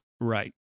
Right